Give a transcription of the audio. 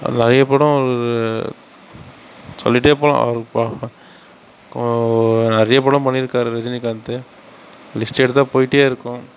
நிறைய படம் சொல்லிகிட்டே போகலாம் நிறைய படம் பண்ணியிருக்கார் ரஜினிகாந்த் லிஸ்ட் எடுத்தால் போயிகிட்டே இருக்கும்